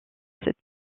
cette